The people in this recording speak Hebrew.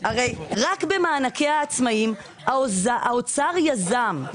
הרי רק במענקי העצמאים האוצר יזם,